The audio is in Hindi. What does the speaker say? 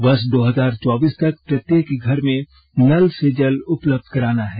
वर्ष दो हजार चौबीस तक प्रत्येक घर में नल से जल उपलब्ध कराना है